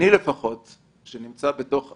אני לפחות נמצא בתוך עמי.